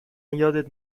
یادت